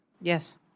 Yes